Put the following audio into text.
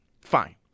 Fine